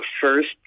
First